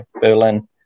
Berlin